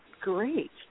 great